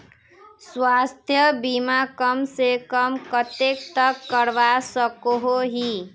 स्वास्थ्य बीमा कम से कम कतेक तक करवा सकोहो ही?